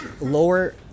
Lower